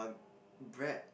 bread